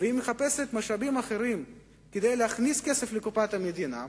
והיא מחפשת משאבים אחרים כדי להכניס כסף לקופת המדינה,